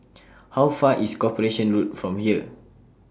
How Far IS Corporation Road from here